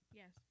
yes